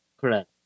Correct